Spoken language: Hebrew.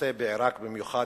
בעירק במיוחד,